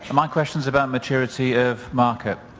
my question's about maturity of market.